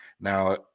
Now